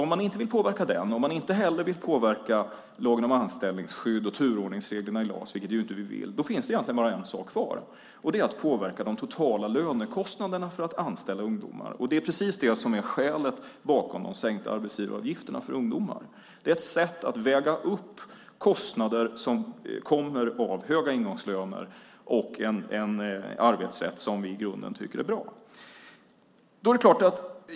Om man inte vill påverka dem och man inte heller vill påverka lagen om anställningsskydd och turordningsreglerna i LAS, vilket vi inte vill, finns det egentligen bara en sak kvar, nämligen att påverka de totala lönekostnaderna för att anställa ungdomar. Det är precis det som är skälet bakom de sänkta arbetsgivaravgifterna för ungdomar. Det är ett sätt att väga upp kostnader som kommer av höga ingångslöner och en arbetsrätt som vi i grunden tycker är bra.